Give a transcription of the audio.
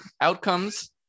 outcomes